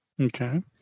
Okay